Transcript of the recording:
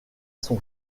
son